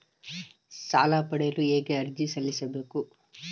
ಸಾಲ ಪಡೆಯಲು ಹೇಗೆ ಅರ್ಜಿ ಸಲ್ಲಿಸಬೇಕು?